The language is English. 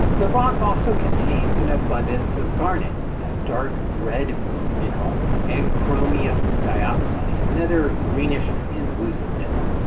the rock also contains an abundance of garnet a dark red mineral and chromium diopside another greenish translucent mineral.